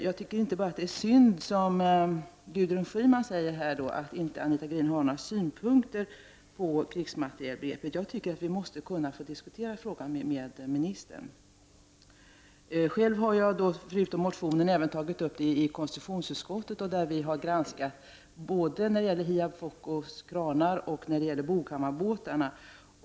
Jag tycker inte bara det är synd, som Gudrun Schyman, att Anita Gradin inte har några synpunkter på krigsmaterielbegreppet. Jag tycker att vi måste kunna diskutera frågan med ministern. Själv har jag, förutom i motionen, tagit upp detta även i konstitutionsutskottet. I konstitutionsutskottet har vi granskat användningen av begreppet både när det gäller HIAB-FOCO:s kranar och när det gäller Boghammarbåtarna.